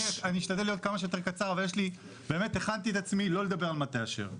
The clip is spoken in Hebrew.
אשתדל להיות כמה שיותר קצר אבל הכנתי את עצמי לא לדבר על מטה אשר.